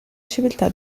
civiltà